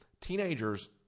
teenagers